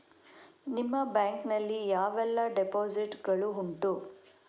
ನಿಮ್ಮ ಬ್ಯಾಂಕ್ ನಲ್ಲಿ ಯಾವೆಲ್ಲ ಡೆಪೋಸಿಟ್ ಗಳು ಉಂಟು?